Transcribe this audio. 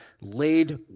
laid